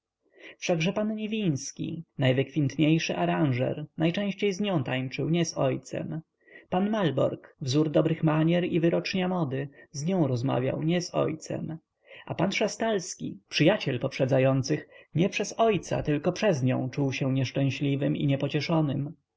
ojcu wszakże pan niwiński najwykwintniejszy aranżer najczęściej z nią tańczył nie z ojcem pan malborg wzór dobrych manier i wyrocznia mody z nią rozmawiał nie z ojcem a pan szastalski przyjaciel poprzedzających nie przez ojca tylko przez nią czuł się nieszczęśliwym i